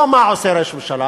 לא על מה עושה ראש הממשלה,